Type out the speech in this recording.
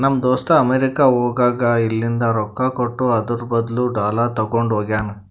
ನಮ್ ದೋಸ್ತ ಅಮೆರಿಕಾ ಹೋಗಾಗ್ ಇಲ್ಲಿಂದ್ ರೊಕ್ಕಾ ಕೊಟ್ಟು ಅದುರ್ ಬದ್ಲು ಡಾಲರ್ ತಗೊಂಡ್ ಹೋಗ್ಯಾನ್